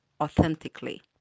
authentically